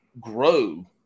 grow